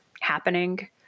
happening